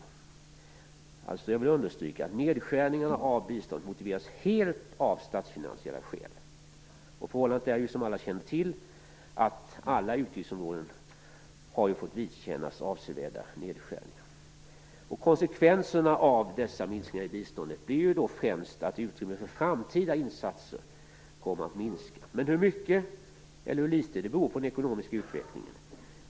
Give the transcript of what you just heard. Jag vill alltså understryka att nedskärningarna av biståndet helt motiveras av statsfinansiella skäl. Förhållandet är, som alla känner till, att alla utgiftsområden fått vidkännas avsevärda nedskärningar. Konsekvenserna av dessa minskningar i biståndet är främst att utrymmet för framtida insatser kommer att minska - hur mycket eller hur litet beror på den ekonomiska utvecklingen.